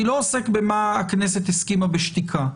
אני לא עוסק במה הכנסת הסכימה בשתיקה.